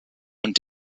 und